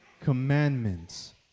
commandments